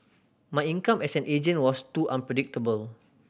my income as an agent was too unpredictable